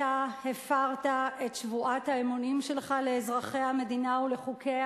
אתה הפרת את שבועת האמונים שלך לאזרחי המדינה ולחוקיה